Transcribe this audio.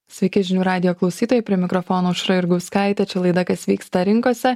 sveiki žinių radijo klausytojai prie mikrofono aušra jurgauskaitė čia laida kas vyksta rinkose